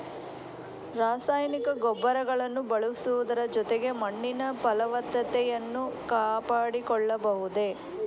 ರಾಸಾಯನಿಕ ಗೊಬ್ಬರಗಳನ್ನು ಬಳಸುವುದರ ಜೊತೆಗೆ ಮಣ್ಣಿನ ಫಲವತ್ತತೆಯನ್ನು ಕಾಪಾಡಿಕೊಳ್ಳಬಹುದೇ?